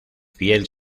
fiel